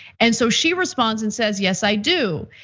and so she responds and says, yes, i do.